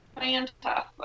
Fantastic